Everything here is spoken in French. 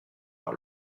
par